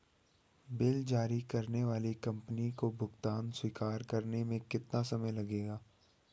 Bill जारी करने वाली कंपनी को भुगतान स्वीकार करने में कितना समय लगेगा?